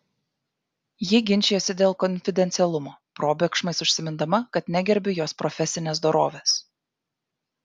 ji ginčijosi dėl konfidencialumo probėgšmais užsimindama kad negerbiu jos profesinės dorovės